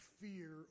fear